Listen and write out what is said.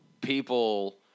people